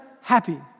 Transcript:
happy